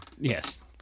Yes